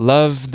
Love